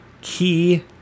key